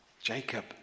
Jacob